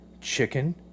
chicken